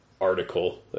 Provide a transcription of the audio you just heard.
article